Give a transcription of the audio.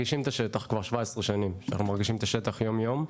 כבר 17 שנים שאנחנו מרגישים את השטח יום-יום.